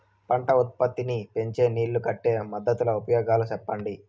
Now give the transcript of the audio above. పంట ఉత్పత్తి నీ పెంచే నీళ్లు కట్టే పద్ధతుల ఉపయోగాలు చెప్పండి?